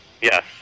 Yes